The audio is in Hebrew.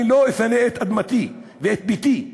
אני לא אפנה את אדמתי ואת ביתי.